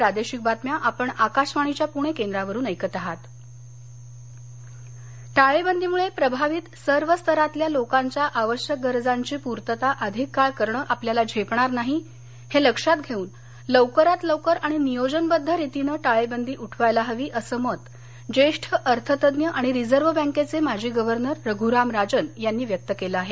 टाळेबंदी राजन टाळेबंदीमुळे प्रभावित सर्व स्तरातल्या लोकांच्या आवश्यक गरजांची पूर्तता अधिक काळ करणं आपल्याला झेपणार नाही हे लक्षात घेऊन लवकरात लवकर आणि नियोजनबद्ध रितीनं टाळेबंदी उठवायला हवी असं मत ज्येष्ठ अर्थतज्ज्ञ आणि रिझर्व बँकेचे माजी गव्हर्नर रघुराम राजन यांनी व्यक्त केलं आहे